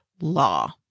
law